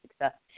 success